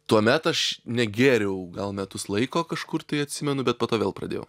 tuomet aš negėriau gal metus laiko kažkur tai atsimenu bet po to vėl pradėjau